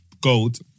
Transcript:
gold